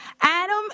Adam